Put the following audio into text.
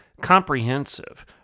comprehensive